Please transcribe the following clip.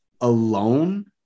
alone